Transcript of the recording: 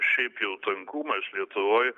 šiaip jau tankumas lietuvoj